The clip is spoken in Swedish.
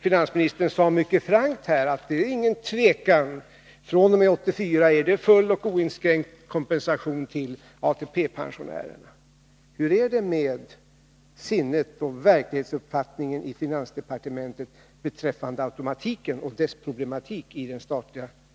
Finansministern sade mycket frankt att det inte är någon tvekan: fr.o.m. 1984 får ATP pensionärerna full och oinskränkt kompensation. Hur är det med verklighetsuppfattningen på finansdepartementet beträffande problemet med automatiken i den statliga budgeten?